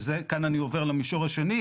וזה כאן אני עובר למישור השני,